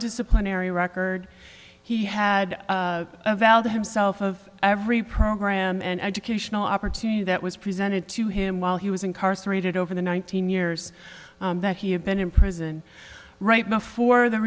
disciplinary record he had a valid himself of every program and educational opportunity that was presented to him while he was incarcerated over the one thousand years that he had been in prison right before the